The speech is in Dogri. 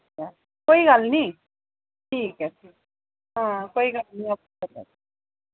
कोई गल्ल नी ठीक ऐ हां कोई गल्ल नी